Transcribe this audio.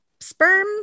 Sperm